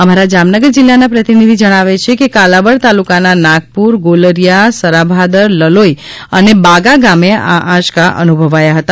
અમારા જામનગરના પ્રતિનિધિ જણાવે છે કે કાલાવડ તાલુકાના નાગપુર ગોલરીયા સરાભાદર લલોઈ અને બાગા ગામે આ આંચકા અનુભવાયા હતા